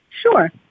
Sure